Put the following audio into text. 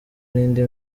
n’indi